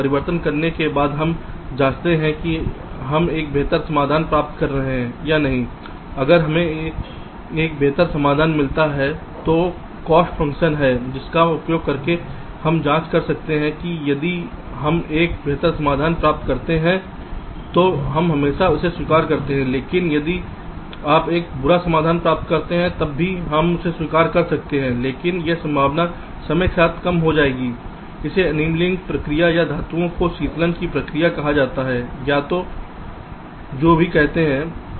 परिवर्तन करने के बाद हम जाँचते हैं कि हम एक बेहतर समाधान प्राप्त कर रहे हैं या नहीं अगर हमें एक बेहतर समाधान मिलता है तो कॉस्ट फंक्शन है जिसका उपयोग करके हम जांच कर सकते हैं कि यदि हम एक बेहतर समाधान प्राप्त करते हैं तो हम हमेशा इसे स्वीकार करते हैं लेकिन यदि आप एक बुरा समाधान प्राप्त करते हैं तब भी हम इसे स्वीकार कर सकते हैं लेकिन यह संभावना समय के साथ कम हो जाएगी इसे एनीलिंग प्रक्रिया या धातुओं में शीतलन प्रक्रिया कहा जाता है या जो भी कहते हैं